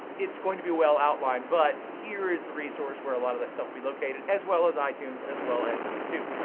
it's going to be well outlined, but here is the resource where a lot of that stuff will be located, as well as itunes, as well as youtube.